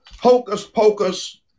hocus-pocus